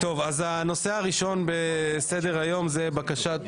הנושא הראשון בסדר-היום זה בקשת